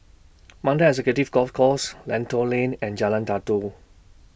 Mandai Executive Golf Course Lentor Lane and Jalan Datoh